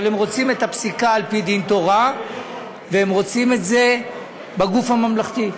אבל רוצים את הפסיקה על-פי דין תורה ורוצים את זה בגוף הממלכתי,